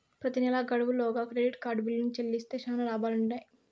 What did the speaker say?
ప్రెతి నెలా గడువు లోగా క్రెడిట్ కార్డు బిల్లుని చెల్లిస్తే శానా లాబాలుండిన్నాయి